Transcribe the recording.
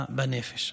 בנפש.